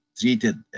treated